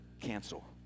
cancel